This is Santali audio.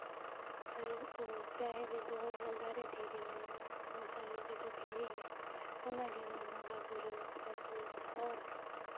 ᱟᱨᱦᱚᱸ ᱡᱟᱦᱮᱨ ᱨᱮ ᱫᱚᱦᱚᱭᱟᱭ ᱫᱟᱨᱮ ᱫᱷᱤᱨᱤ ᱢᱮᱱᱟᱜᱼᱟ ᱜᱳᱥᱟᱲᱮ ᱨᱮᱫᱚ ᱫᱷᱤᱨᱤ ᱜᱮ ᱚᱱᱟ ᱜᱮᱵᱚᱱ ᱵᱚᱸᱜᱟᱼᱵᱳᱨᱳ ᱟᱹᱜᱩ ᱟᱠᱟᱫᱼᱟ